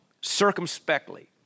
circumspectly